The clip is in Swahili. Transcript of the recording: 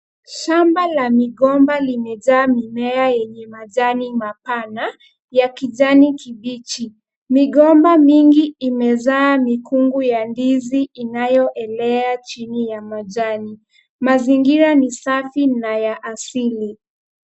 Shamba la migomba limejaa mimea yenye majani mapana ya kijani kibichi. Migomba mingi imezaa mikungu ya ndizi inayoelea chini ya majani. Mazingira ni safi na ya asili.